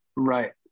Right